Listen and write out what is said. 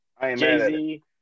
Jay-Z